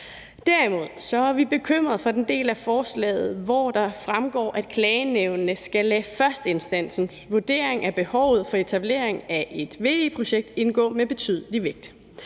Derimod er vi bekymrede for den del af forslaget, hvor det fremgår, at klagenævnene skal lade førsteinstansens vurdering af behovet for etableringen af et VE-projekt indgå med betydelig vægt.